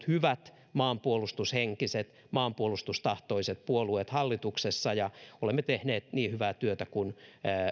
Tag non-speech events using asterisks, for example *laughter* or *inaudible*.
*unintelligible* hyvät maanpuolustushenkiset maanpuolustustahtoiset puolueet hallituksessa ja olemme tehneet niin hyvää työtä kuin